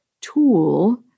tool